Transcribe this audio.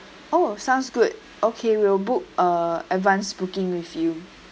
oh sounds good okay we'll book uh advanced booking with you